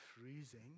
freezing